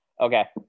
Okay